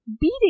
beating